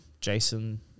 Jason